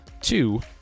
Two